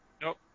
Nope